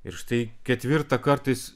ir štai ketvirtą kartą jis